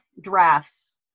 drafts